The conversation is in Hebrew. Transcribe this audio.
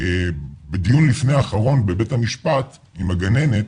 בדיון לפני אחרון בבית המשפט עם אותה הגננת,